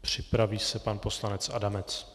Připraví se pan poslanec Adamec.